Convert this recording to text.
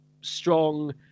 strong